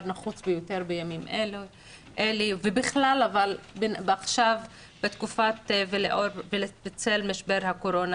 נחוץ ביותר בימים אלו ובכלל עכשיו בצל משבר הקורונה.